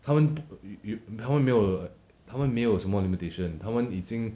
他们他们没有他们没有什么 limitation 他们已经